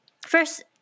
first